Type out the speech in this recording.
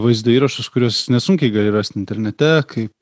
vaizdo įrašus kuriuos nesunkiai gali rast internete kaip